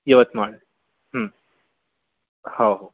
यवतमाळ हं हो हो